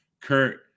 Kurt